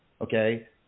okay